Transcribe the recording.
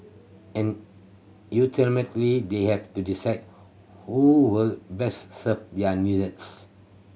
and they have to decide who would best serve their needs